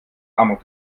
amok